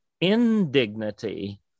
indignity